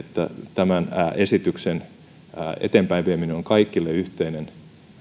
tämän esityksen eteenpäinvieminen on kaikille yhteinen